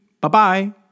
Bye-bye